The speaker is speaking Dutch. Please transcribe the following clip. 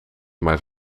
maar